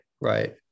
right